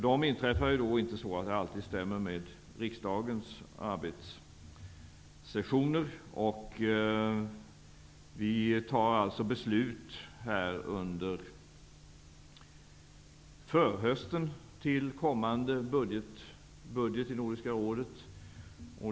Det inträffar inte alltid så att det stämmer med riksdagens arbetssessioner. Vi tar alltså beslut här under förhösten om kommande budget för Nordiska rådet.